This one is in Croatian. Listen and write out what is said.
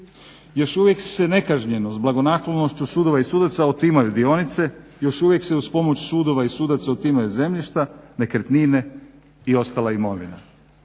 Još uvijek se nekažnjenost blagonaklonošću sudova i sudac otimaju dionice, još uvijek se uz pomoć sudova i sudaca otimaju zemljišta, nekretnine i ostala imovina.